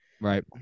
Right